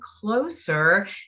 closer